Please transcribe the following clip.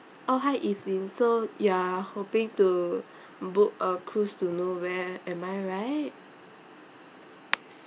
oh hi evelyn so you are hoping to book a cruise to nowhere am I right